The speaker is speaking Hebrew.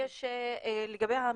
לגבי המבחנים,